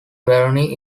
barony